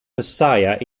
messiah